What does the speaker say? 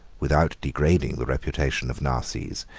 without degrading the reputation of narses,